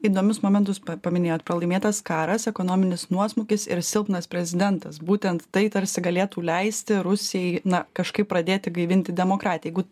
įdomius momentus pa paminėjot pralaimėtas karas ekonominis nuosmukis ir silpnas prezidentas būtent tai tarsi galėtų leisti rusijai na kažkaip pradėti gaivinti demokratiją jeigu